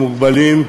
המוגבלים,